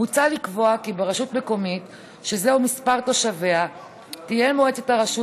מוצע לקבוע כי ברשות מקומית שזהו מספר תושביה תהיה מועצת הרשות